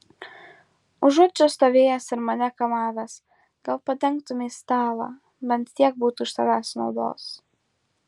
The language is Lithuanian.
užuot čia stovėjęs ir mane kamavęs gal padengtumei stalą bent tiek būtų iš tavęs naudos